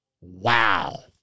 Wow